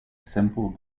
simple